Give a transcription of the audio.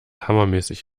hammermäßig